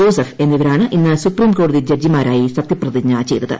Joseph എന്നിവരാണ് ഇന്ന് സുപ്രീംകോടതി ജഡ്ജിമാരായി സത്യപ്രതിജ്ഞ ചെയ്തത്